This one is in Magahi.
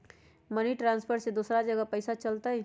मनी ट्रांसफर से दूसरा जगह पईसा चलतई?